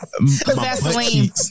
Vaseline